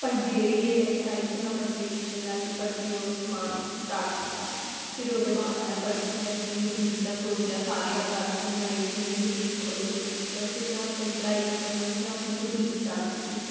पढ़दी रेही इ'यै टैक्सटाइल च में परतियै एडमिशन लैती परतियै ओह् समान स्टार्ट कीता फिर ओह्दे बाद में परतियै अपनी बुटीक दा सोचेआ सारे गल्ल करन लगे कि नेईं बुटीक खोह्लो बुटीक खोह्लो फिर में मेरी पढ़ाई खतम होई में अपनी बुटीक स्टार्ट कीती